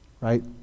right